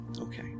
Okay